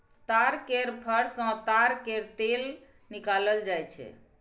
ताड़ केर फर सँ ताड़ केर तेल निकालल जाई छै